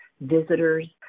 visitors